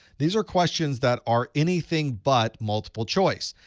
these are questions that are anything but multiple choice.